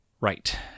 Right